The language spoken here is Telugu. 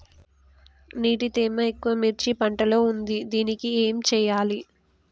నీటి తేమ ఎక్కువ మిర్చి పంట లో ఉంది దీనికి ఏం చేయాలి?